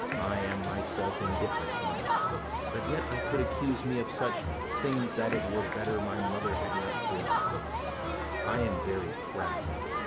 i am myself indifferent honest but yet i could accuse me of such things that it were better my mother had not borne me i am very proud,